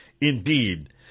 Indeed